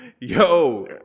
yo